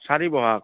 চাৰি বহাগ